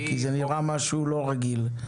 זה נראה משהו לא רגיל.